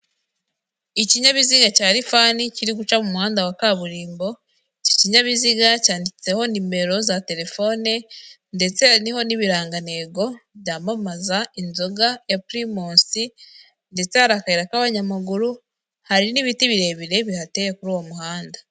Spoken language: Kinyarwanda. Ikinyabiziga cya rifanani kiri guca mu muhanda wa kaburimbo iki kinyabiziga cyanditseho nimero za terefone ndetse hariho n'ibirangantego byamamaza inzoga ya pirimusi ndetse hari akayira k'abanyamaguru hari n'ibiti birebire bihateye kuri uwo muhanda.